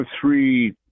three